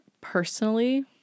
personally